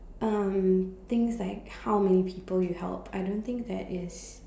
um things like how many people you help I don't think that is